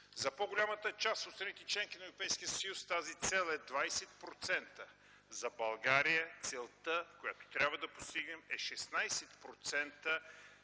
За по-голямата част от страните – членки на Европейския съюз, тази цел е 20%. За България целта, която трябва да постигнем, е 16%